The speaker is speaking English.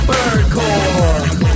Birdcore